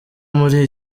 muri